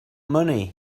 money